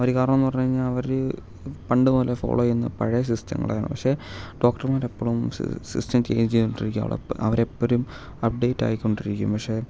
ഒരു കാരണമെന്ന് പറഞ്ഞുകഴിഞ്ഞാൽ അവർ പണ്ട് മുതലേ ഫോളോ ചെയ്യുന്ന പഴയ സിസ്റ്റങ്ങളെയാണ് പക്ഷേ ഡോക്ടർമാരെപ്പളും സി സിസ്റ്റം ചേഞ്ച് ചെയ്തുകൊണ്ടിരിക്കുകയാണ് ഉള്ളത് അപ്പോൾ അവരെപ്പോഴും അപ്ഡേറ്റ് ആയിക്കൊണ്ടിരിക്കും പക്ഷെ